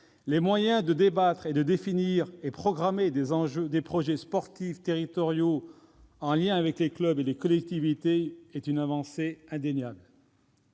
les moyens de débattre, de définir et de programmer des projets sportifs territoriaux en lien avec les clubs et les collectivités est une avancée indéniable.